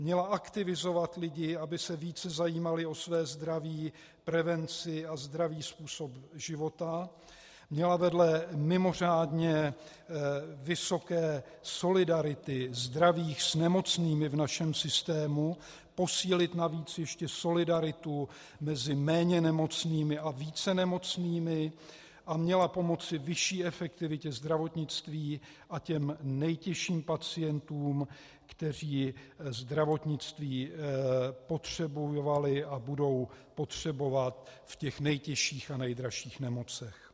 Měla aktivizovat lidi, aby se více zajímali o své zdraví, prevenci a zdravý způsob života, měla vedle mimořádně vysoké solidarity zdravých s nemocnými v našem systému posílit navíc ještě solidaritu mezi méně nemocnými a více nemocnými a měla pomoci vyšší efektivitě zdravotnictví a těm nejtěžším pacientům, kteří zdravotnictví potřebovali a budou potřebovat v těch nejtěžších a nejdražších nemocech.